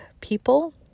people